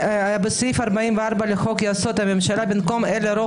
אין ההסתייגות מס' 2 של קבוצת סיעת ישראל ביתנו לא נתקבלה.